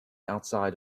outside